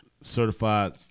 certified